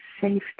safety